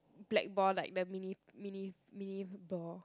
black ball like the mini mini mini ball